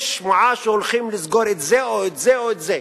יש שמועה שהולכים לסגור את זה או את זה או את זה.